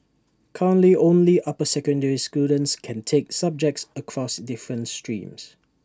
currently only upper secondary students can take subjects across different streams